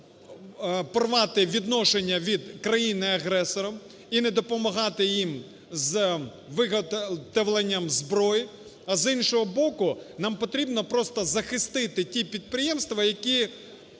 порвати відношення від країни-агресора і не допомагати їм з виготовленням зброї, а, з іншого боку, нам потрібно просто захистити ті підприємства, які